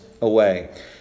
away